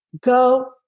Go